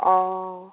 অঁ